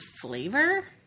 flavor